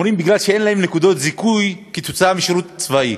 אומרים: בגלל שאין להם נקודות זיכוי בעקבות שירות צבאי.